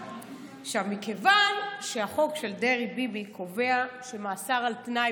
מכיוון שהחוק של דרעי-ביבי קובע שמאסר על תנאי,